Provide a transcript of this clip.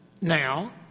now